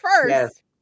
First